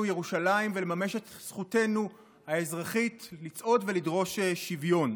ירושלים ולממש את זכותנו האזרחית לצעוד ולדרוש שוויון.